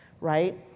right